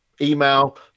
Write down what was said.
email